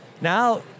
Now